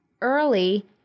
early